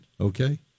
okay